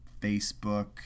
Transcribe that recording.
Facebook